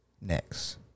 Next